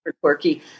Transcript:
quirky